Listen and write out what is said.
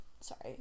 sorry